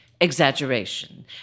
exaggeration